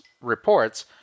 reports